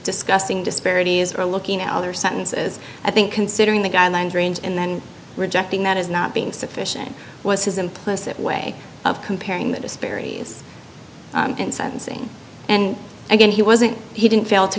discussing disparities or looking at other sentences i think considering the guidelines range and then rejecting that is not being sufficient was his implicit way of comparing the disparities in sentencing and again he wasn't he didn't fail to